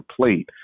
plate